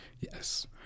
Yes